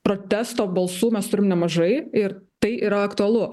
protesto balsų mes turim nemažai ir tai yra aktualu